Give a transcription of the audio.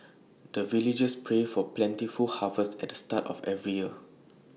the villagers pray for plentiful harvest at the start of every year